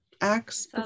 acts